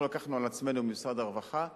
אנחנו לקחנו על עצמנו במשרד הרווחה לנסות,